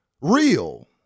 real